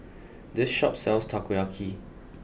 this shop sells Takoyaki